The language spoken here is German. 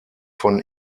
von